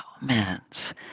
moments